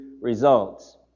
results